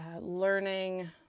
learning